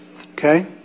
Okay